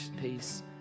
peace